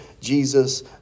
Jesus